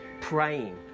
praying